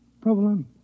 Provolone